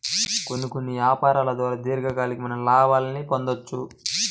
కొన్ని కొన్ని యాపారాల ద్వారా దీర్ఘకాలికమైన లాభాల్ని పొందొచ్చు